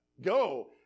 go